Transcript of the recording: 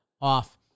off